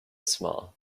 small